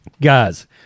Guys